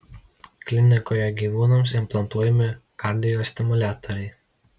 klinikoje gyvūnams implantuojami kardiostimuliatoriai